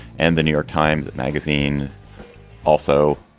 and the new york times magazine also.